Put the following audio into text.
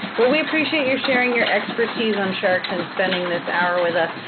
well, we appreciate your sharing your expertise on sharks and spending this hour with us.